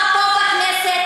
נגמר הזמן.